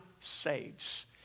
saves